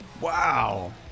Wow